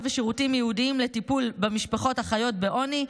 ושירותים ייעודיים לטיפול במשפחות החיות בעוני.